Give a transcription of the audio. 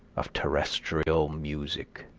of terrestrial music.